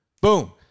Boom